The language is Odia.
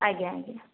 ଆଜ୍ଞା ଆଜ୍ଞା